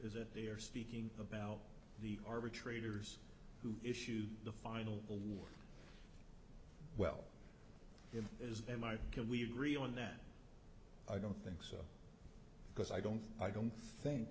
is that they are speaking about the arbitrators who issued the final award well it is them i can we agree on that i don't think so because i don't i don't think